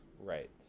Right